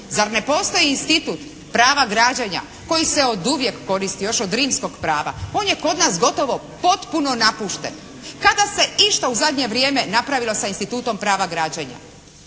Zar ne postoji institut prava građenja koji se oduvijek koristi, još od Rimskog prava. On je kod nas gotovo potpuno napušten. Kada se je išta u zadnje vrijeme napravilo sa institutom prava građenja?